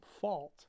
fault